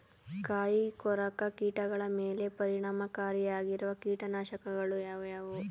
ಕಾಯಿಕೊರಕ ಕೀಟಗಳ ಮೇಲೆ ಪರಿಣಾಮಕಾರಿಯಾಗಿರುವ ಕೀಟನಾಶಗಳು ಯಾವುವು?